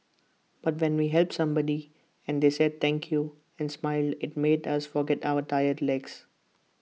but when we helped somebody and they said thank you and smiled IT made us forget our tired legs